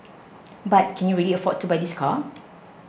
but can you really afford to buy this car